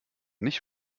nicht